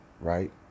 right